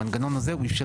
במנגנון הזה הוא אִפשר